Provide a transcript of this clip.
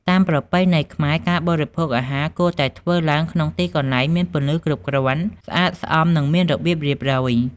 តាមប្រពៃណីខ្មែរ ការបរិភោគអាហារគួរតែធ្វើឡើងក្នុងទីកន្លែងមានពន្លឺគ្រប់គ្រាន់ ស្អាតស្អំ និងមានរបៀបរៀបរយ ។